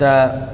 तऽ